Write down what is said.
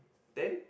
ten